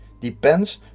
depends